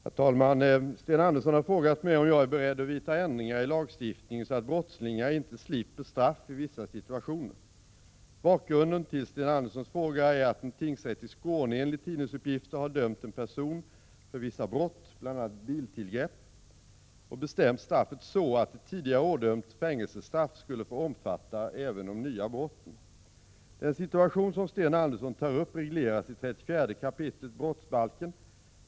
Herr talman! Sten Andersson i Malmö har frågat mig om jag är beredd vidta ändringar i lagstiftningen så att brottslingar inte slipper straff i vissa situationer. Bakgrunden till Sten Anderssons fråga är att en tingsrätt i Skåne enligt tidningsuppgifter har dömt en person för vissa brott, bl.a. biltillgrepp, och bestämt straffet så att ett tidigare ådömt fängelsestraff skulle få omfatta även de nya brotten. Den situation som Sten Andersson tar upp regleras i 34 kap. brottsbalken.